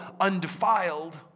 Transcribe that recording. undefiled